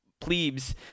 plebes